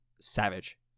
Savage